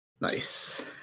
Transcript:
Nice